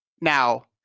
Now